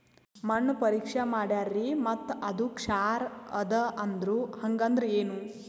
ಮಣ್ಣ ಪರೀಕ್ಷಾ ಮಾಡ್ಯಾರ್ರಿ ಮತ್ತ ಅದು ಕ್ಷಾರ ಅದ ಅಂದ್ರು, ಹಂಗದ್ರ ಏನು?